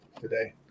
today